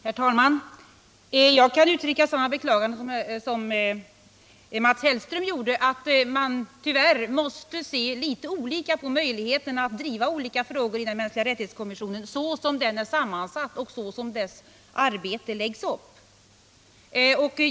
Herr talman! Jag kan uttrycka samma beklagande som Mats Hellström framförde med anledning av att man tyvärr måste se litet olika på möjligheterna att driva olika frågor i FN:s mänskliga rättighetskommission såsom den är sammansatt och såsom dess arbete läggs upp.